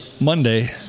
Monday